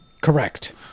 correct